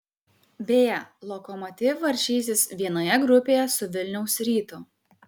beje lokomotiv varžysis vienoje grupėje su vilniaus rytu